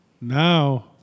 now